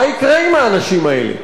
מה יקרה עם האנשים האלה?